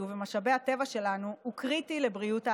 ואחר כך הם חולים ומגיעים לבית החולים